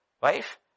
wife